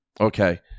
okay